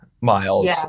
miles